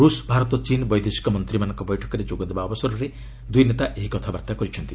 ରୂଷ୍ ଭାରତ ଚୀନ୍ ବୈଦେଶିକ ମନ୍ତ୍ରୀମାନଙ୍କ ବୈଠକରେ ଯୋଗ ଦେବା ଅବସରରେ ଦୁଇ ନେତା ଏହି କଥାବାର୍ତ୍ତା କରିଛନ୍ତି